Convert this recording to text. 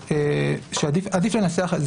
שהוא מבחינתי סעיף מאוד מהותי.